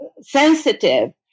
sensitive